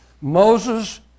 Moses